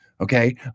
Okay